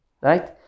Right